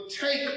take